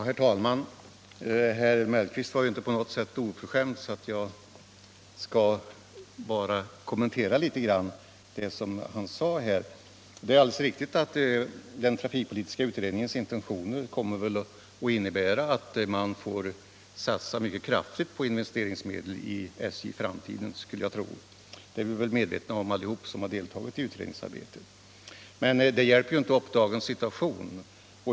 Herr talman! Herr Mellqvist var ju inte på något sätt oförskämd, så jag — Statens järnvägars skall bara kommentera vad han sade här. anslagsbehov Det är alldeles riktigt att man enligt den trafikpolitiska utredningens intentioner kommer att få satsa mycket kraftigt på investeringsmedel i SJ i framtiden. Det är väl alla medvetna om som har deltagit i utredningsarbetet. Men det hjälper ju inte upp dagens situation.